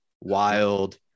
wild